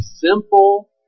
simple